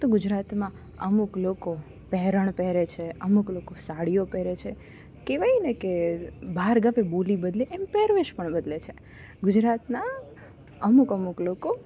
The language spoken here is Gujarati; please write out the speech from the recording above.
તો ગુજરાતમાં અમુક લોકો પહેરણ પહેરે છે અમુક લોકો સાડીઓ પહેરે છે કહેવાય ને કે બાર ગાવે બોલી બદલે એમ પહેરવેશ પણ બદલે છે ગુજરાતના અમુક અમુક લોકો